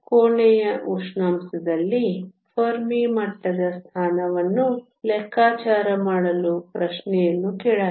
ಕೋಣೆಯ ಉಷ್ಣಾಂಶದಲ್ಲಿ ಫೆರ್ಮಿ ಮಟ್ಟದ ಸ್ಥಾನವನ್ನು ಲೆಕ್ಕಾಚಾರ ಮಾಡಲು ಪ್ರಶ್ನೆಯನ್ನು ಕೇಳಲಾಗಿದೆ